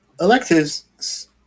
electives